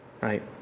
right